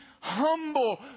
humble